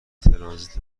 ترانزیت